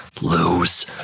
lose